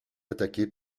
attaqués